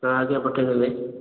ହଁ ଆଜ୍ଞା ପଠେଇ ଦେବେ